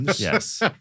Yes